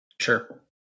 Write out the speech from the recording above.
Sure